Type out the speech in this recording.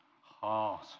heart